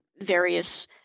various